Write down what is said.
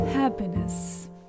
Happiness